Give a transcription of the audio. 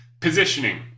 positioning